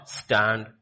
stand